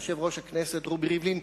יושב-ראש הכנסת רובי ריבלין,